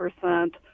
percent